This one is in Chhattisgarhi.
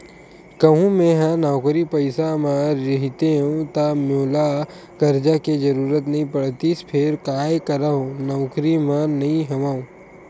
कहूँ मेंहा नौकरी पइसा म रहितेंव ता मोला करजा के जरुरत नइ पड़तिस फेर काय करव नउकरी म नइ हंव